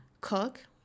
cook